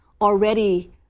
already